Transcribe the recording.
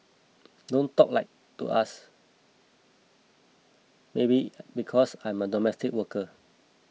don't talk like to us maybe because I am a domestic worker